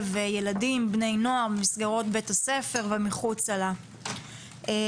בני נוער וילדים במסגרות בתי הספר ומחוצה להן.